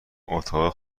اتاق